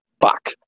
Fuck